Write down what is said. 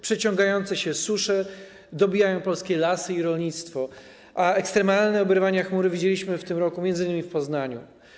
Przeciągające się susze dobijają polskie lasy i rolnictwo, a ekstremalne oberwania chmury widzieliśmy w tym roku m.in. w Poznaniu.